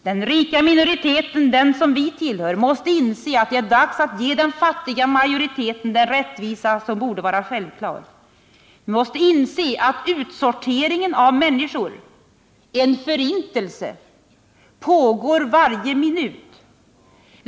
Den rika minoriteten, den som vi tillhör, måste inse att det är dags att ge den fattiga majoriteten den rättvisa som borde vara självklar. Vi måste inse att utsorteringen av människor — en förintelse — pågår varje minut.